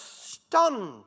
stunned